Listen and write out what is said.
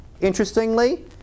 interestingly